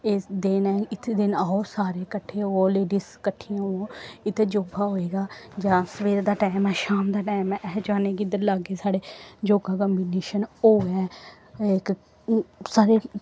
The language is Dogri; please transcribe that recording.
इस दिन इत्थें दिन आओ सारे कट्ठे होवो लेडिस कट्ठियां होवो इत्थें योग होवे गै जां सवेर दा टाईम शाम दा टाईम ऐ जानि के लाग्गे साढ़े योग कंपिटिशन होऐ इक साढ़े